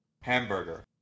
Hamburger